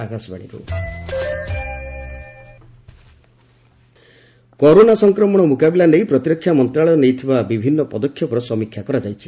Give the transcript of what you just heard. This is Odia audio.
ରାଜନାଥ ରିଭ୍ୟ କରୋନା ସଂକ୍ରମଣ ମୁକାବିଲା ନେଇ ପ୍ରତିରକ୍ଷା ମନ୍ତ୍ରଣାଳୟ ନେଇଥିବା ବିଭିନ୍ନ ପଦକ୍ଷେପର ସମୀକ୍ଷା କରାଯାଇଛି